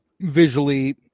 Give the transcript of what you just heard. Visually